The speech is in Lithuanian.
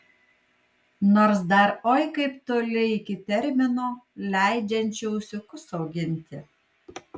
nors dar oi kaip toli iki termino leidžiančio ūsiukus auginti